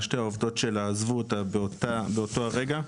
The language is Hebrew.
שתי העובדות שלה עזבו אותה באותו הרגע,